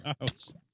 house